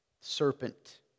Serpent